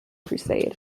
crusade